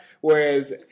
Whereas